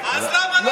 אז למה המוסלמים לא